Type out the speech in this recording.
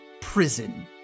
prison